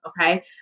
Okay